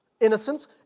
Innocence